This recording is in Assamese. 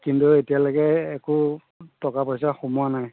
কিন্তু এতিয়ালৈকে একো টকা পইচা সোমোৱা নাই